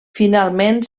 finalment